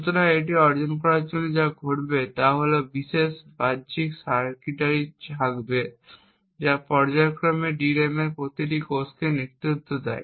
সুতরাং এটি অর্জন করার জন্য যা ঘটবে তা হল একটি বিশেষ বাহ্যিক সার্কিটরি থাকবে যা পর্যায়ক্রমে DRAM এর প্রতিটি কোষকে নেতৃত্ব দেয়